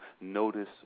notice